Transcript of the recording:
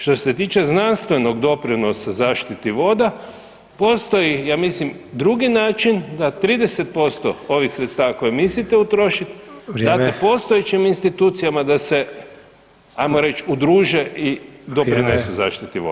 Što se tiče znanstvenog doprinosa zaštiti voda postoji ja mislim drugi način da 30% ovih sredstva koje mislite utrošit date postojećim institucijama da se ajmo reć udruže i doprinesu zaštiti voda.